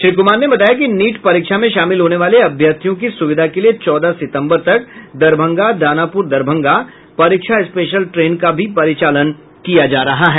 श्री कुमार ने बताया कि नीट परीक्षा में शामिल होने वाले अभ्यर्थियों की सुविधा के लिए चौदह सितंबर तक दरभंगा दानापुर दरभंगा परीक्षा स्पेशल ट्रेन का भी परिचालन किया जा रहा है